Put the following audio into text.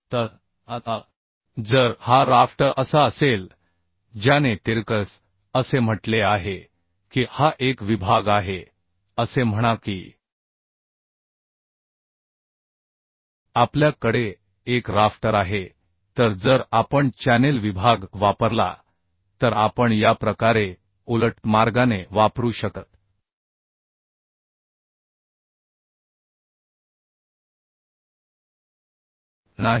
तर आता जर हा राफ्टर असा असेल ज्याने तिरकस असे म्हटले आहे की हा एक विभाग आहे असे म्हणा की आपल्या कडे एक राफ्टर आहे तर जर आपण चॅनेल विभाग वापरला तर आपण या प्रकारे उलट मार्गाने वापरू शकत नाही